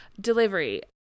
delivery